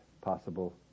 possible